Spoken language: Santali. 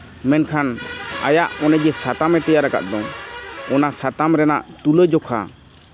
ᱢᱮᱱᱠᱷᱟᱱ ᱟᱭᱟᱜ ᱚᱱᱮ ᱡᱮ ᱥᱟᱛᱟᱢᱮ ᱛᱮᱭᱟᱨ ᱟᱠᱟᱫ ᱫᱚ ᱚᱱᱟ ᱥᱟᱛᱟᱢ ᱨᱮᱭᱟᱜ ᱛᱩᱞᱟᱹᱡᱚᱠᱷᱟ